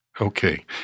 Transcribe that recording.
Okay